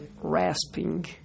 rasping